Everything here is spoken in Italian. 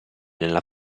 nella